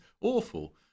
awful